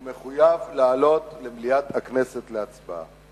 הוא מחויב לעלות למליאת הכנסת להצבעה.